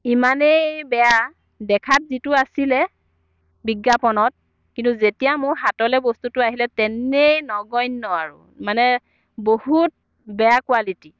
ইমানেই বেয়া দেখাত যিটো আছিলে বিজ্ঞাপনত কিন্তু যেতিয়া মোৰ হাতলৈ বস্তুটো আহিলে তেনেই নগণ্য আৰু মানে বহুত বেয়া কোৱালিটি